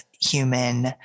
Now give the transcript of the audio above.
human